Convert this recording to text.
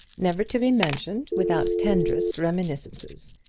never to be mentioned without tenderest reminiscences.